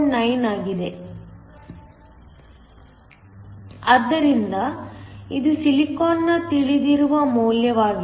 9 ಆಗಿದೆ ಆದ್ದರಿಂದ ಇದು ಸಿಲಿಕಾನ್ ನ ತಿಳಿದಿರುವ ಮೌಲ್ಯವಾಗಿದೆ